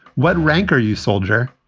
what rank are you, soldier?